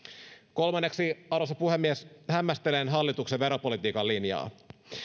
kolmanneksi arvoisa puhemies hämmästelen hallituksen veropolitiikan linjaa